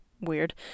Weird